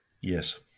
Yes